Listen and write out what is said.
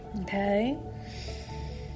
okay